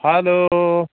hello